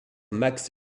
max